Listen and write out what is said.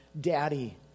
Daddy